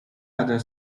other